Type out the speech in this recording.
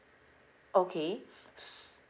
okay